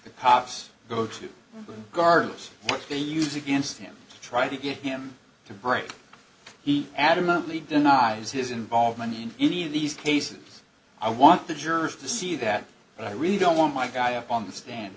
what they use against him trying to get him to break he adamantly denies his involvement in any of these cases i want the jurors to see that but i really don't want my guy up on the stand